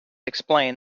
explained